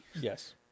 Yes